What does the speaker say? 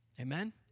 Amen